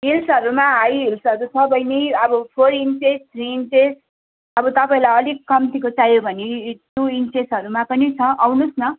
हिल्सहरूमा high हिल्सहरू छ बहिनी अब फोर इन्चेस थ्री इन्चेस अब तपाईँलाई अलिक कम्तीको चाहियो भने टु इन्चेसहरूमा पनि छ आउनु होस् न